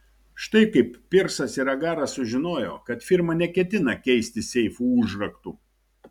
štai kaip pirsas ir agaras sužinojo kad firma neketina keisti seifų užraktų